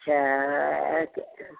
अच्छा